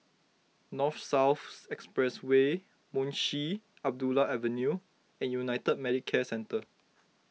North South Expressway Munshi Abdullah Avenue and United Medicare Centre